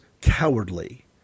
cowardly